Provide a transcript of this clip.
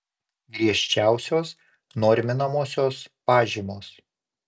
griežčiausios norminamosios pažymos